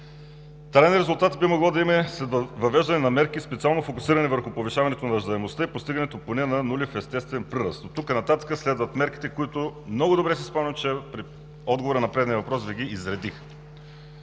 Траен резултат би могло да има след въвеждане на мерки, специално фокусирани върху повишаването на раждаемостта и постигането поне на нулев естествен прираст. Оттук нататък следват мерките, които много добре си спомням, че при отговора на предния въпрос Ви ги изредих.